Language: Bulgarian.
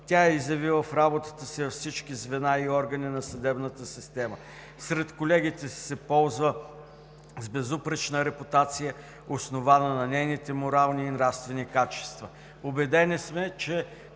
тя е изявила в работата си във всички звена и органи на съдебната система. Сред колегите си се ползва с безупречна репутация, основана на нейните морални и нравствени качества. Убедени сме, че